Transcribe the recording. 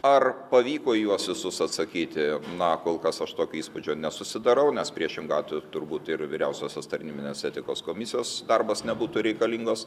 ar pavyko į juos visus atsakyti na kol kas aš tokio įspūdžio nesusidarau nes priešingu atveju turbūt ir vyriausiosios tarnybinės etikos komisijos darbas nebūtų reikalingas